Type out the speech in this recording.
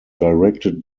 directed